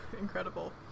incredible